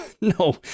No